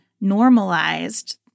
normalized